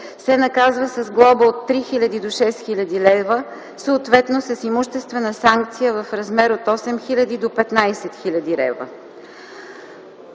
се наказва с глоба от 3000 до 6000 лв., съответно с имуществена санкция в размер от 8000 до 15 000 лв.